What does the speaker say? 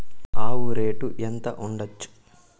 ఆవు రేటు ఎంత ఉండచ్చు?